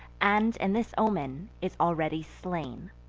and, in this omen, is already slain.